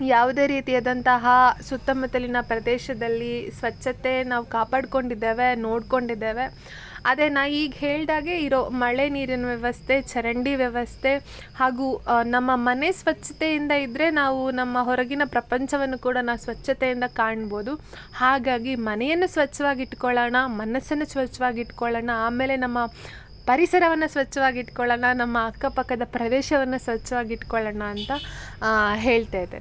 ಯಾವುದೇ ರೀತಿಯಾದಂತಹ ಸುತ್ತಮುತ್ತಲಿನ ಪ್ರದೇಶದಲ್ಲಿ ಸ್ವಚ್ಛತೆ ನಾವು ಕಾಪಾಡಿಕೊಂಡಿದ್ದೇವೆ ನೋಡಿಕೊಂಡಿದ್ದೇವೆ ಅದೇ ನಾ ಈಗ ಹೇಳಿದಾಗೆ ಇರೋ ಮಳೆ ನೀರಿನ ವ್ಯವಸ್ಥೆ ಚರಂಡಿ ವ್ಯವಸ್ಥೆ ಹಾಗೂ ನಮ್ಮ ಮನೆ ಸ್ವಚ್ಛತೆಯಿಂದ ಇದ್ದರೆ ನಾವು ನಮ್ಮ ಹೊರಗಿನ ಪ್ರಪಂಚವನ್ನು ಕೂಡ ನಾ ಸ್ವಚ್ಛತೆಯಿಂದ ಕಾಣ್ಬೋದು ಹಾಗಾಗಿ ಮನೆಯನ್ನು ಸ್ವಚ್ಛವಾಗಿಟ್ಕೊಳ್ಳೋಣ ಮನಸ್ಸನ್ನು ಸ್ವಚ್ಛವಾಗಿಟ್ಕೊಳ್ಳೋಣ ಆಮೇಲೆ ನಮ್ಮ ಪರಿಸರವನ್ನು ಸ್ವಚ್ಛವಾಗಿಟ್ಕೊಳ್ಳೋಣ ನಮ್ಮ ಅಕ್ಕಪಕ್ಕದ ಪ್ರದೇಶವನ್ನು ಸ್ವಚ್ಛವಾಗಿಟ್ಕೊಳ್ಳೋಣ ಅಂತ ಹೇಳ್ತಾ ಇದ್ದೇನೆ